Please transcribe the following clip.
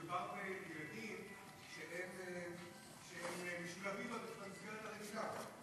מדובר בילדים שהם משולבים במסגרת הרגילה.